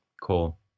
Cool